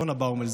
יונה באומל,